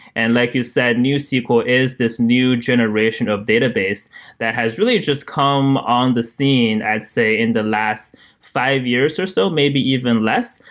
and like you said, newsql is this new generation of database that has really just come on the scene at say in the last five years or so, maybe even less,